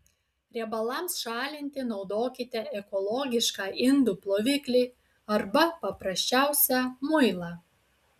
riebalams šalinti naudokite ekologišką indų ploviklį arba paprasčiausią muilą